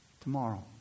Tomorrow